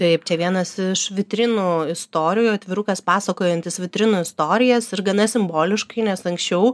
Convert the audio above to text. taip čia vienas iš vitrinų istorijų atvirukas pasakojantis vitrinų istorijas ir gana simboliškai nes anksčiau